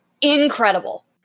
incredible